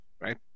right